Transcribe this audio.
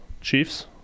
Chiefs